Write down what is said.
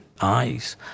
Eyes